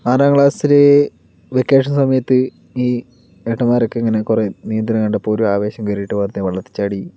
ആറാം ക്ലാസില് വെക്കേഷൻ സമയത്ത് ഈ ഏട്ടന്മാരൊക്കെ ഇങ്ങനെ കുറെ നീന്തുന്നത് കണ്ടപ്പോൾ ഒരു ആവേശം കേറിയിട്ട് വെറുതെ വെള്ളത്തിൽ ചാടി